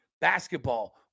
Basketball